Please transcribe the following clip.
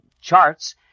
charts